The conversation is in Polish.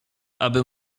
aby